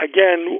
Again